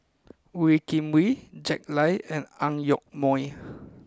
Wee Kim Wee Jack Lai and Ang Yoke Mooi